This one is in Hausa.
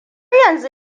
yanzu